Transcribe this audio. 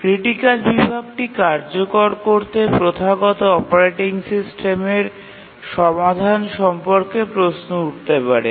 critical বিভাগটি কার্যকর করতে প্রথাগত অপারেটিং সিস্টেমের সমাধান সম্পর্কে প্রশ্ন উঠতে পারে